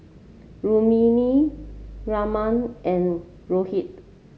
Rukmini Raman and Rohit